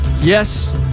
Yes